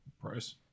price